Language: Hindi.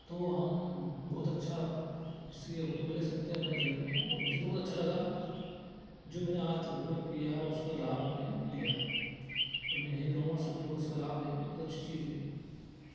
तो हम बहुत अच्छा इसका उपयोग ले सकते हैं अपने जीवन में और मुझे तो बहुत अच्छा लगा जो मैंने आज उपयोग किया उसका लाभ मैंने लिया है और मैं यही कहूँगा सभी लोग इसका लाभ लें बहुत अच्छी चीज़ है